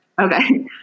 Okay